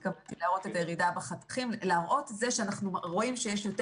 התכוונתי להראות את הירידה בחתכים.